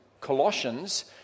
Colossians